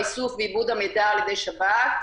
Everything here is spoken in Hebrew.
האיסוף ועיבוד המידע על-ידי שב"כ,